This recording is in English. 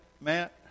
Matt